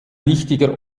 wichtiger